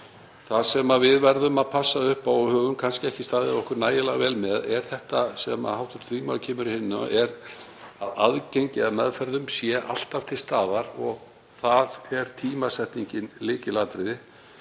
Það sem við verðum að passa upp á, sem við höfum kannski ekki staðið okkur nægilega vel í, er þetta sem hv. þingmaður kemur inn á, að aðgengið að meðferðum sé alltaf til staðar. Þar er tímasetningin lykilatriði;